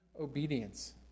Obedience